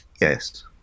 Yes